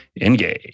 engage